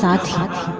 attack